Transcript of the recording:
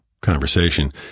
conversation